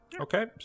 Okay